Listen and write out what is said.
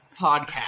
podcast